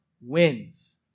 wins